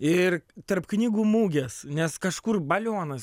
ir tarp knygų mugės nes kažkur balionas